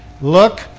look